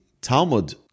Talmud